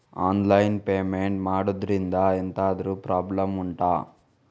online payment ಮಾಡುದ್ರಿಂದ ಎಂತಾದ್ರೂ problem ಉಂಟಾ